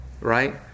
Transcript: right